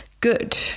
good